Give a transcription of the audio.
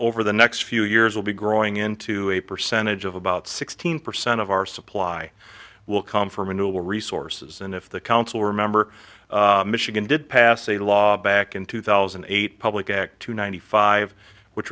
over the next few years will be growing into a percentage of about sixteen percent of our supply will come from a new resources and if the council remember michigan did pass a law back in two thousand and eight public act two ninety five which